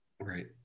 Right